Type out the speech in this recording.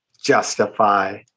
justify